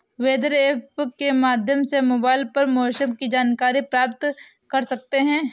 weather app के माध्यम से मोबाइल पर मौसम की जानकारी प्राप्त कर सकते हैं